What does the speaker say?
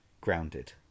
grounded